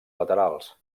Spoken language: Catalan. laterals